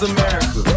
America